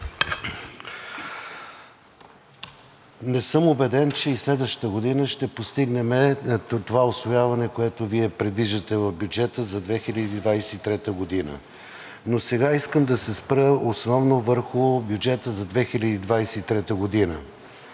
Не съм убеден, че и следващата година ще постигнем това усвояване, което Вие предвиждате в бюджета за 2023 г. Сега искам да се спра основно върху бюджета за 2023 г.